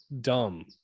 dumb